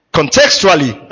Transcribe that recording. contextually